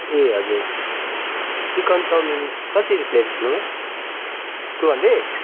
ए हजुर chicken chowmein कसरी plate भन्नुभयो टु हन्ड्रेड